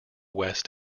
west